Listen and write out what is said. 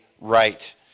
right